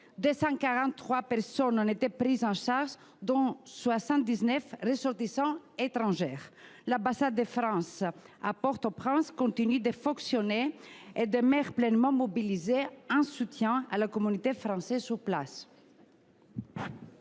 243 personnes ont été prises en charge, dont 79 ressortissants étrangers. L’ambassade de France à Port au Prince continue de fonctionner et demeure pleinement mobilisée, au soutien de la communauté française sur place.